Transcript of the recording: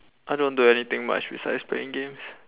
I don't do anything much besides playing games